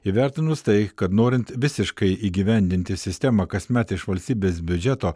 įvertinus tai kad norint visiškai įgyvendinti sistemą kasmet iš valstybės biudžeto